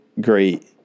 great